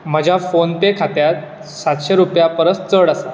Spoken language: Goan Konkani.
म्हज्या फोन पे खात्यांत सातशीं रुपया परस चड आसा